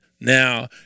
Now